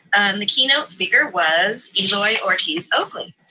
the keynote speaker was ely ortiz oakley.